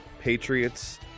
Patriots